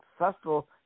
successful